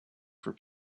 for